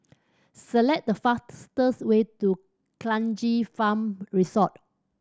select the fastest way to Kranji Farm Resort